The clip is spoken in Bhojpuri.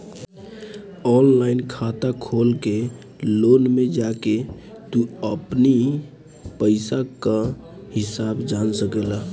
ऑनलाइन खाता खोल के लोन में जाके तू अपनी पईसा कअ हिसाब जान सकेला